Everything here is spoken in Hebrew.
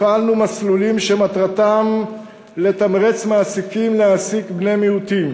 הפעלנו מסלולים שמטרתם לתמרץ מעסיקים להעסיק בני-מיעוטים.